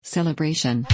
Celebration